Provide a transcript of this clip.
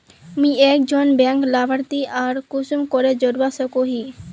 मुई एक जन बैंक लाभारती आर कुंसम करे जोड़वा सकोहो ही?